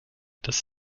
das